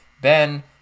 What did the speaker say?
Ben